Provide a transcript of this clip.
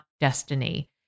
destiny